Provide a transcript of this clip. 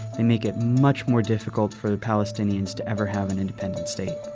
they make it much more difficult for the palestinians to ever have an independent state.